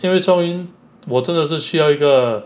因为 chong yun 我真的是需要一个